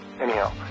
anyhow